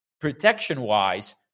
protection-wise